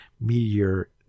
meteor